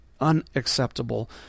unacceptable